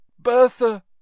bertha